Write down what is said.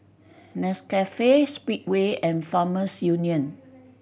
Nescafe Speedway and Farmers Union